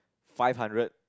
five hundred